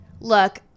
look